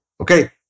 Okay